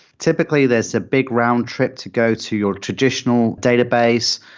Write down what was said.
typically there's a big round trip to go to your traditional database.